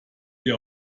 ihr